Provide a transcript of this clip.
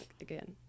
again